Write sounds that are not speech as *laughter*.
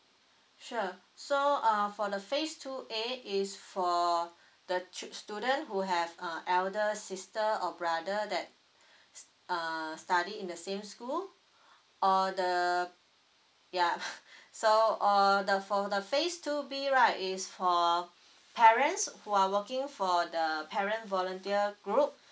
sure so uh for the phase two A is for the chil~ student who have uh elder sister or brother that err study in the same school or the yeah *laughs* so or the for the phase two B right is for parents who are working for the parent volunteer group